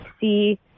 see